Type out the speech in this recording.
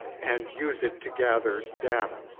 and use it to gather data.